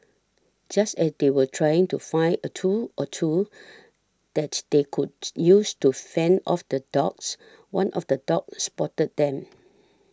just as they were trying to find a tool or two that they could use to fend off the dogs one of the dogs spotted them